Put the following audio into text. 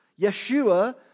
Yeshua